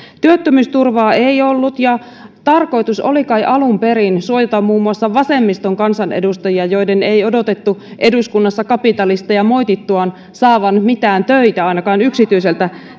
työttömyysturvaa ei ollut ja tarkoitus oli kai alun perin suojata muun muassa vasemmiston kansanedustajia joiden ei odotettu eduskunnassa kapitalisteja moitittuaan saavan mitään töitä ainakaan yksityiseltä